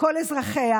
כל אזרחיה.